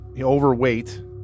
overweight